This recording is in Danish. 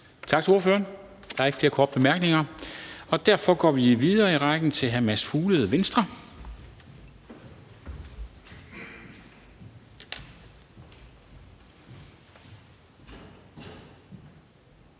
Tak til ordføreren. Der er ikke flere korte bemærkninger, og derfor går vi videre i rækken til hr. Mads Fuglede, Venstre.